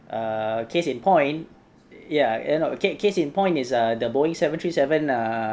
err case in point ya case in point is uh the Boeing seven three seven uh